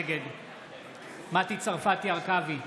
נגד מטי צרפתי הרכבי,